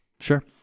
Sure